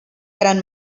gran